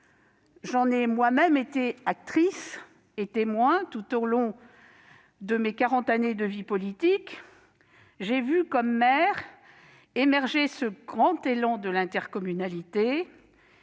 J'en ai moi-même été actrice et témoin tout au long de mes quarante années de vie politique. J'ai vu, comme maire, émerger ce grand élan de l'intercommunalité.